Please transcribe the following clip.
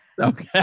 okay